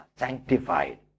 Sanctified